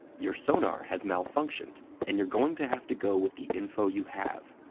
your sonar has malfunctioned, and you're going to have to go with the info you have.